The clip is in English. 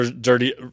dirty